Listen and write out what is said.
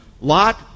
Lot